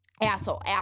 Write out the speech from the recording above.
asshole